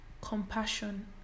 compassion